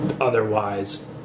otherwise